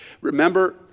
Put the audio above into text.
Remember